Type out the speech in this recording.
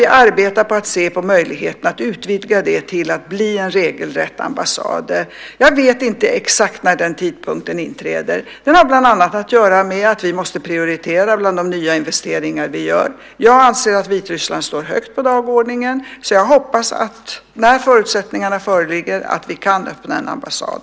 Vi ser på möjligheterna att utvidga det till att bli en regelrätt ambassad. Jag vet inte exakt när den tidpunkten inträder. Den har bland annat att göra med att vi måste prioritera bland de nya investeringar vi gör. Jag anser att Vitryssland står högt på dagordningen, så jag hoppas att vi, när förutsättningarna föreligger, kan öppna en ambassad.